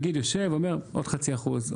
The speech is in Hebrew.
הנגיד יושב ואומר: עוד חצי אחוז,